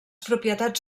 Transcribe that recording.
propietats